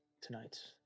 tonight